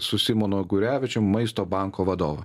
su simonu gurevičiumi maisto banko vadovą